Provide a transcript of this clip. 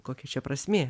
kokia čia prasmė